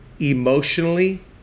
emotionally